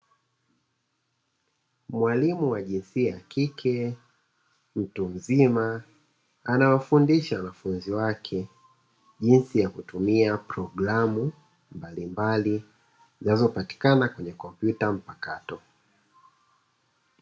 Mwalimu wa jinsia ya kike, mtu mzima, anawafundisha wanafunzi wake; jinsi ya kutumia programu, mbalimbali, zinazopatikana kwenye kompyuta mpakato.